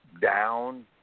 down